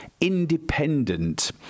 independent